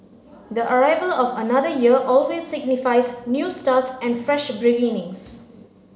the arrival of another year always signifies new starts and fresh beginnings